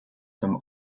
from